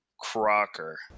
Crocker